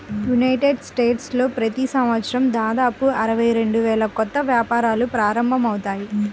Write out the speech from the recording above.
United స్టేట్స్లో ప్రతి సంవత్సరం దాదాపు అరవై రెండు వేల కొత్త వ్యాపారాలు ప్రారంభమవుతాయి